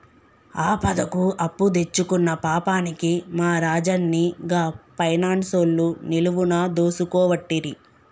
ఆపదకు అప్పుదెచ్చుకున్న పాపానికి మా రాజన్ని గా పైనాన్సోళ్లు నిలువున దోసుకోవట్టిరి